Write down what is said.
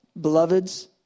beloveds